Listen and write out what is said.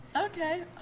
Okay